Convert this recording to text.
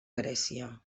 grècia